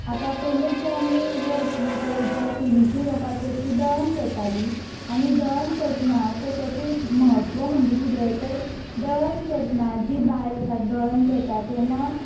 आतां पयलें जर आमी जर पळयत जाल्यार पयलीची लोकां चडशी दळण करताली आनी दळण करतना ते तेचो एक म्हत्व म्हणजे कितें तर दळण करतना जी बायल आसा दळण करता तेन्ना